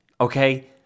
Okay